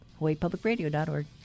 HawaiiPublicRadio.org